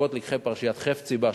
בעקבות לקחי פרשת "חפציבה",